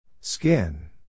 Skin